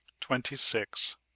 Twenty-six